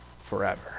forever